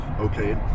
Okay